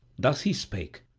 thus he spake,